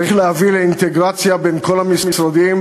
צריך להביא לאינטגרציה בין כל המשרדים.